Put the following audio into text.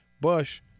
Bush